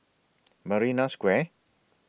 Marina Square